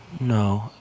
No